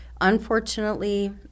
unfortunately